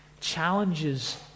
challenges